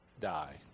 die